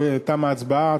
תמה ההצבעה.